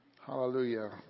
Hallelujah